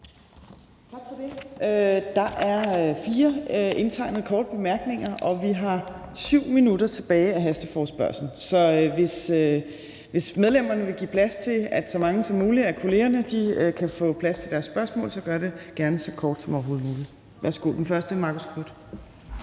Tak for det. Der er fire indtegnet til korte bemærkninger, og vi har 7 minutter tilbage af hasteforespørgslen. Så hvis medlemmerne vil give plads til, at så mange som muligt af kollegerne kan få stillet deres spørgsmål, så gør det gerne så kort som overhovedet muligt. Den første er hr. Marcus Knuth.